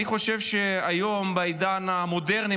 אני חושב שהיום בעידן המודרני,